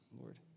Lord